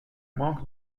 manque